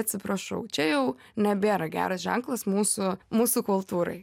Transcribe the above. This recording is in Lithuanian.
atsiprašau čia jau nebėra geras ženklas mūsų mūsų kultūrai